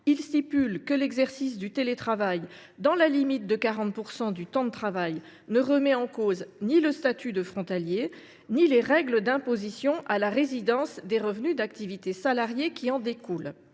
et dispose que l’exercice du télétravail dans la limite de 40 % du temps de travail ne remet en cause ni le statut de frontalier ni les règles d’imposition à la résidence des revenus d’activité salariée qui en découlent.